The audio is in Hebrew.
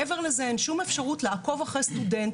מעבר לזה אין שום אפשרות לעקוב אחרי סטודנט.